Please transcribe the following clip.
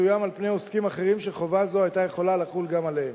מסוים על פני עוסקים אחרים שחובה זו היתה יכולה לחול גם עליהם.